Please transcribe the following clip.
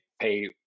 pay